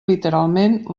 literalment